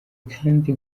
kandi